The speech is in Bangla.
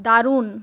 দারুণ